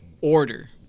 order